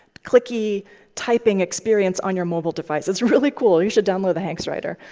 clicky typing experience on your mobile device. it's really cool. you should download the hanks writer.